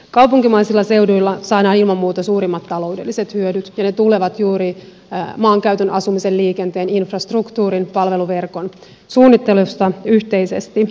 kaupunkimaisilla seuduilla saadaan ilman muuta suurimmat taloudelliset hyödyt ja ne tulevat juuri maankäytön asumisen liikenteen infrastruktuurin palveluverkon suunnittelusta yhteisesti